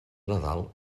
nadal